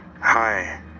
Hi